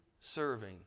serving